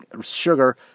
sugar